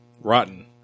Rotten